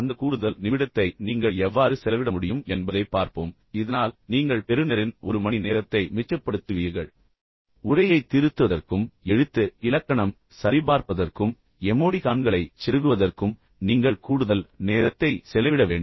அந்த கூடுதல் நிமிடத்தை நீங்கள் எவ்வாறு செலவிட முடியும் என்பதைப் பார்ப்போம் இதனால் நீங்கள் பெறுநரின் ஒரு மணி நேரத்தை மிச்சப்படுத்துவீர்கள் உரையைத் திருத்துவதற்கும் எழுத்து இலக்கணம் சரிபார்ப்பதற்கும் எமோடிகான்களைச் செருகுவதற்கும் நீங்கள் கூடுதல் நேரத்தை செலவிட வேண்டும்